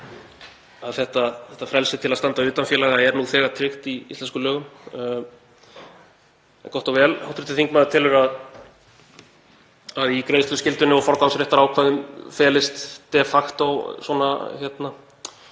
að þetta frelsi til að standa utan félaga er nú þegar tryggt í íslenskum lögum. Gott og vel. Hv. þingmaður telur að í greiðsluskyldunni og forgangsréttarákvæðum felist de facto einhver